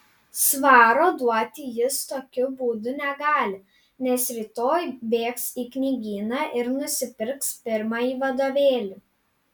svaro duoti jis jokiu būdu negali nes rytoj bėgs į knygyną ir nusipirks pirmąjį vadovėlį